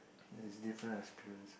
ya it's different experience